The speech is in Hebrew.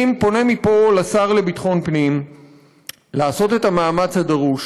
אני פונה מפה לשר לביטחון פנים לעשות את המאמץ הדרוש.